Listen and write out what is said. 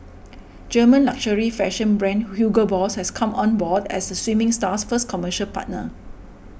German luxury fashion brand Hugo Boss has come on board as the swimming star's first commercial partner